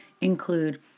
include